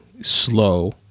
slow